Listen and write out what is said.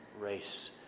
race